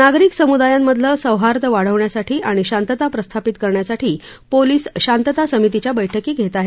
नागरिक सम्दायांमधलं सौहार्द वाढवण्यासाठी आणि शांतता प्रस्थापित करण्यासाठी पोलीस शांतता समितीच्या बैठकी घेत आहेत